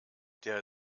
der